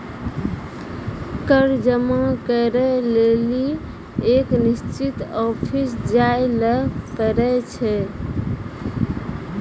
कर जमा करै लेली एक निश्चित ऑफिस जाय ल पड़ै छै